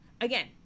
again